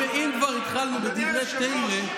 אם כבר התחלנו בדברי תורה,